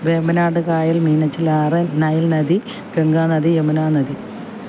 വേമ്പനാട് കായൽ മീനച്ചിൽ ആറ് നൈൽ നദി ഗംഗ നദി യമുന നദി